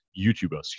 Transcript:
YouTubers